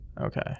Okay